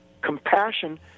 compassion